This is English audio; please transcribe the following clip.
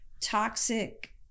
toxic